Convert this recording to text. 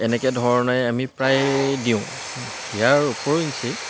এনেকুৱা ধৰণে আমি প্ৰায় দিওঁ ইয়াৰ উপৰিঞ্চি